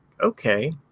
okay